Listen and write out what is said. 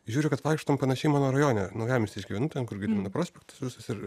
žiūriu kad vaikštom panašiai mano rajone naujamiesty aš gyvenu ten kur gedimino prospektas visas ir